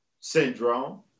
Syndrome